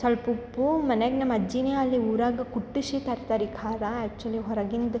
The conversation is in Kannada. ಸ್ವಲ್ಪ ಉಪ್ಪು ಮನ್ಯಾಗೆ ನಮ್ಮ ಅಜ್ಜಿನೇ ಅಲ್ಲಿ ಊರಾಗ ಕುಟ್ಟಿಸಿ ತರ್ತಾರಿ ಖಾರ ಆ್ಯಕ್ಚುಲಿ ಹೊರಗಿಂದು